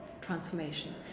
transformation